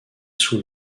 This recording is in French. sous